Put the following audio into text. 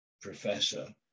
professor